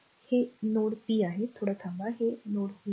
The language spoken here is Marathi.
हे r नोड p आहे थोडं थांबा हे r नोड p आहे